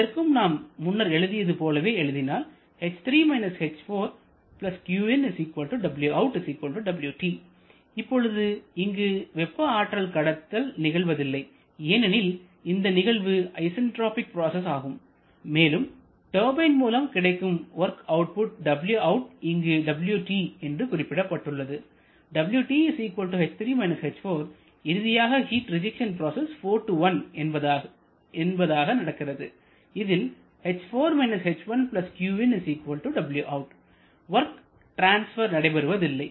இதற்கும் நாம் முன்னர் எழுதியது போலவே எழுதினால் இப்பொழுது இங்கு வெப்ப ஆற்றல் கடத்தல் நிகழ்வதில்லை ஏனெனில் இந்த நிகழ்வு ஐசன்ட்ராபிக் ப்ராசஸ் ஆகும் மேலும் டர்பைன் மூலம் கிடைக்கும் வொர்க் அவுட்புட் wout இங்கு wt என்று குறிப்பிடப்பட்டுள்ளது இறுதியாக ஹீட் ரிஜெக்ஷன் ப்ராசஸ் 4 1 என்பதாக நடக்கிறது இதில் வொர்க் டிரான்ஸ்பர் நடைபெறுவதில்லை